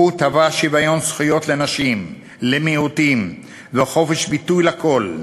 הוא תבע שוויון זכויות לנשים ולמיעוטים וחופש ביטוי לכול.